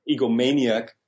egomaniac